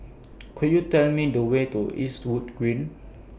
Could YOU Tell Me The Way to Eastwood Green